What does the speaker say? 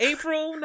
April